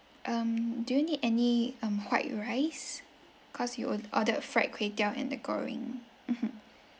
um do you need any um white rice cause you ord~ ordered fried kway teow and the goreng mmhmm